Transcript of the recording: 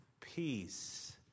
peace